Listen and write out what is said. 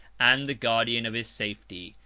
and the guardian of his safety.